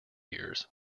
years